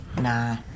Nah